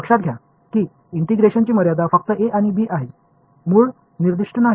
लक्षात घ्या की इंटिग्रेशनची मर्यादा फक्त a आणि b आहे मूळ निर्दिष्ट नाही